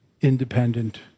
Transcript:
independent